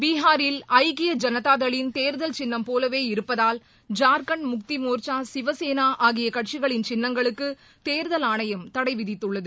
பீகாரில் ஐக்கிய ஜனதாதளின் தேர்தல் சின்னம் போலவே இருப்பதால் ஜார்க்கண்ட் முக்தி மோர்ச்சா சிவசேனா ஆகிய கட்சிகளின் சின்னங்களுக்கு தேர்தல் ஆணையம் தடை விதித்துள்ளது